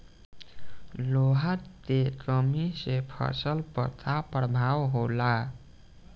लोहा के कमी से फसल पर का प्रभाव होला?